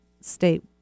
state